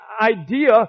idea